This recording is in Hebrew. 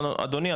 אדוני,